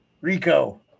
Rico